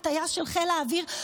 כטייס של חיל האוויר,